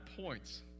points